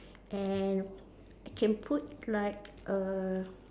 and can put like a